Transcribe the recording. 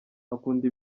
akunda